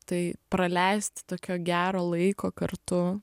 tai praleisti tokio gero laiko kartu